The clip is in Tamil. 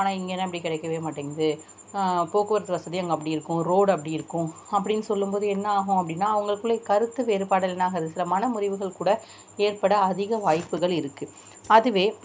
ஆனால் இங்கெல்லாம் அப்படி கிடைக்கவே மாட்டேங்குது போக்குவரத்து வசதியும் அங்கே அப்படி இருக்கும் ரோடு அப்படி இருக்கும் அப்படின்னு சொல்லும் போது என்னாகும் அப்படின்னா அவங்களுக்குள்ளே கருத்து வேறுபாடுகள் என்னாகுது சில மன முறிவுகள் கூட ஏற்பட அதிக வாய்ப்புகள் இருக்குது அதுவே